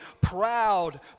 proud